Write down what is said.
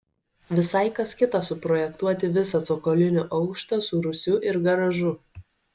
visai kas kita suprojektuoti visą cokolinį aukštą su rūsiu ir garažu